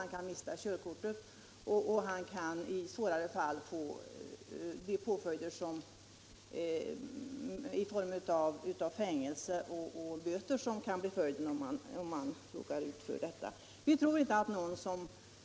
Han kan då mista körkortet, och han kan i svårare fall råka ut för påföljd i form av fängelse eller böter.